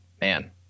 man